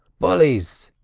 bullies!